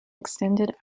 extended